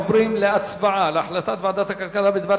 אנחנו עוברים להצבעה על החלטת ועדת הכלכלה בדבר